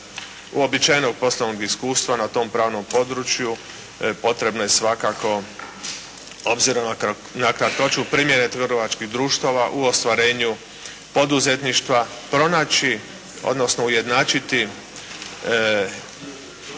uobičajenog poslovnog iskustva na tom pravnom području potrebno je svakako obzirom na kakvoću primjene trgovačkih društava u ostvarenju poduzetništva pronaći odnosno ujednačiti